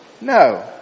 No